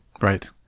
Right